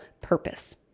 purpose